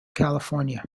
california